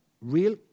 real